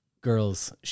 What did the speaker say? girls